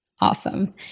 Awesome